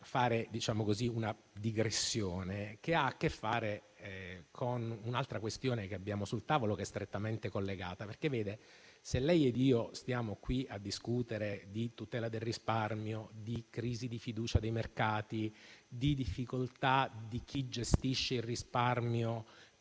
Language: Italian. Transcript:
lasci fare una digressione, che ha a che fare con un'altra questione che abbiamo sul tavolo, strettamente collegata. Se lei e io infatti stiamo qui a discutere di tutela del risparmio, di crisi di fiducia dei mercati e di difficoltà di chi gestisce il risparmio